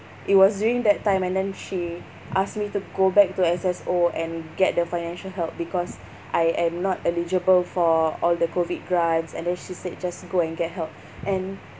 it was during that time and then she asked me to go back to S_S_O and get the financial help because I am not eligible for all the COVID grants and then she said just go and get help and